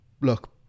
Look